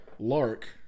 Lark